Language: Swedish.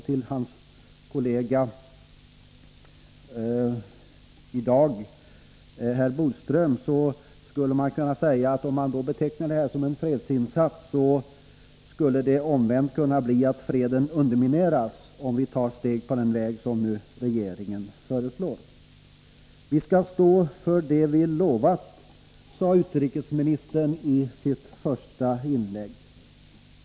Till hans kollega i dag, herr Bodström, skulle man kunna säga att om utvecklingsbiståndet betecknas som en fredsinsats skulle det omvänt kunna bli att freden undermineras om vi tar steg på den väg som regeringen föreslår. Vi skall stå för det vi lovat, sade utrikesministern i sitt första inlägg i dag.